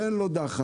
ואין לו דחף.